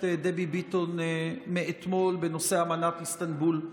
דבי ביטון מאתמול בנושא אמנת איסטנבול.